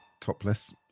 topless